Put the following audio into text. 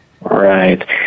Right